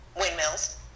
windmills